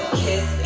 kiss